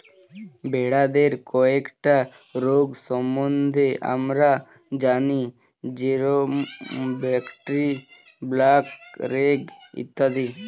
ভেড়াদের কয়েকটা রোগ সম্বন্ধে আমরা জানি যেরম ব্র্যাক্সি, ব্ল্যাক লেগ ইত্যাদি